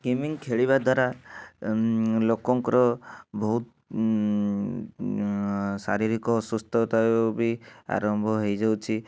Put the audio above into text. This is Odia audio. ଗେମିଙ୍ଗ୍ ଖେଳିବା ଦ୍ଵାରା ଲୋକଙ୍କର ବହୁତ ଶାରୀରିକ ଅସୁସ୍ଥା ବି ଆରମ୍ଭ ହେଇଯାଉଛି